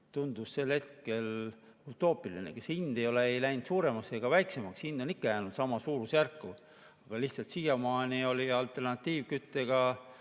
tundus sel hetkel utoopiline. See hind ei ole läinud suuremaks ega väiksemaks, hind on ikka jäänud samasse suurusjärku, aga lihtsalt siiamaani oli alternatiivküttega